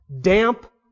damp